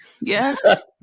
Yes